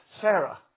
Sarah